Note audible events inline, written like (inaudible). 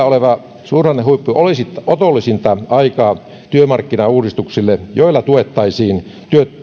(unintelligible) oleva suhdannehuippu olisi otollisinta aikaa työmarkkinauudistuksille joilla tuettaisiin